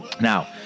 Now